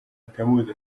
atamuzi